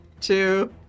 two